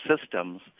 systems